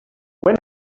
when